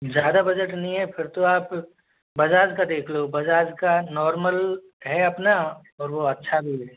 ज़्यादा बजट नहीं है फिर तो आप बजाज का देख लो बजाज का नॉर्मल है अपना और वो अच्छा भी है